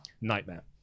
nightmare